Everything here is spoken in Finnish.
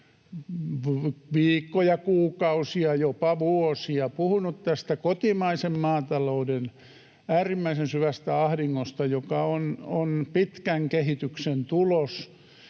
viikkoja, kuukausia, jopa vuosia puhunut tästä kotimaisen maatalouden äärimmäisen syvästä ahdingosta, joka on pitkän kehityksen tulos